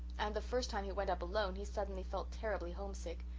and the first time he went up alone he suddenly felt terribly homesick.